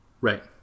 Right